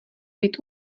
být